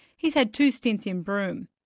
he's had two stints in broome,